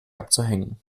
abzuhängen